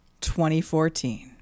2014